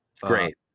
Great